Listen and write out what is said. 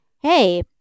hey